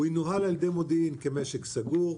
הוא ינוהל על-ידי מודיעין כמשק סגור,